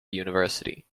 university